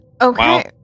Okay